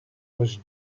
was